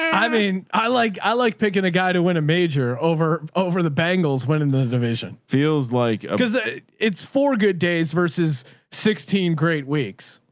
i mean, i like, i like picking a guy to win a major over, over the bangles. winning the division feels like, cause it's four good days versus sixteen great weeks.